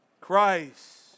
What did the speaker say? Christ